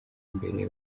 mbere